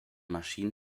maschinen